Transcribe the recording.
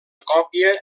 còpia